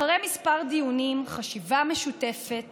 אחרי כמה דיונים, חשיבה משותפת